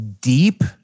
deep